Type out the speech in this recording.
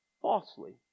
falsely